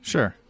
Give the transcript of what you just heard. Sure